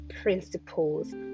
principles